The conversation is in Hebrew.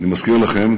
אני מזכיר לכם,